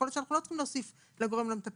יכול להיות שאנחנו לא צריכים להוסיף לגורם המטפל,